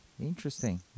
interesting